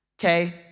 okay